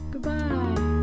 goodbye